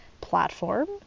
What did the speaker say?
platform